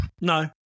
No